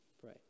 Pray